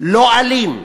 לא אלים,